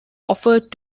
offered